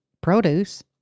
produce